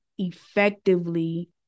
effectively